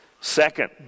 Second